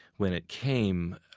when it came,